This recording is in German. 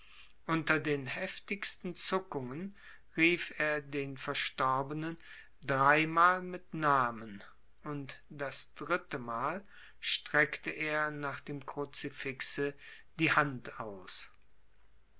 unter den heftigsten zuckungen rief er den verstorbenen dreimal mit namen und das dritte mal streckte er nach dem kruzifixe die hand aus